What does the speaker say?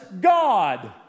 God